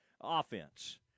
offense